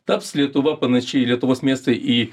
taps lietuva panaši į lietuvos miestai į